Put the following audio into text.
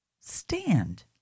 Stand